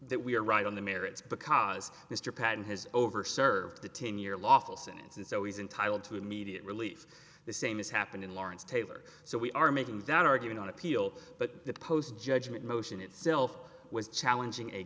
that we are right on the merits because mr patten has over served a ten year lawful sentence and so he's entitle to immediate relief the same as happened in lawrence taylor so we are making that argument on appeal but the post judgment motion itself was challenging a